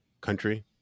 Country